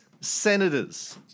senators